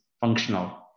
functional